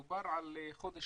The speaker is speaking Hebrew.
דובר על חודש